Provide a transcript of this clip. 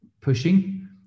pushing